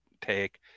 take